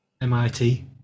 MIT